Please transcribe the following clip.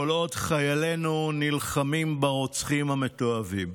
כל עוד חיילינו נלחמים ברוצחים המתועבים.